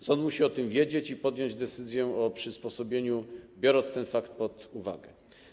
Sąd musi o tym wiedzieć i podjąć decyzję o przysposobieniu, biorąc ten fakt pod uwagę.